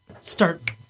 start